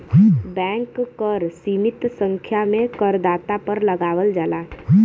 bank कर सीमित संख्या में करदाता पर लगावल जाला